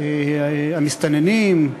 נושא המסתננים,